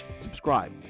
subscribe